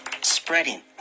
spreading